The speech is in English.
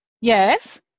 yes